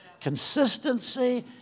Consistency